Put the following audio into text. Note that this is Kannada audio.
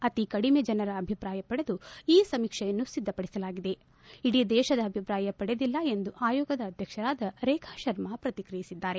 ಅತಿ ಕಡಿಮೆ ಜನರ ಅಭಿಪ್ರಾಯ ಪಡೆದು ಈ ಸಮೀಕ್ಷೆಯನ್ನು ಸಿದ್ದಪಡಿಸಲಾಗಿದೆ ಇಡೀ ದೇಶದ ಅಭಿಪ್ರಾಯ ಪಡೆದಿಲ್ಲ ಎಂದು ಆಯೋಗದ ಅಧ್ಯಕ್ಷರಾದ ರೇಖಾ ಶರ್ಮಾ ಪ್ರತಿಕ್ರಿಯಿಸಿದ್ದಾರೆ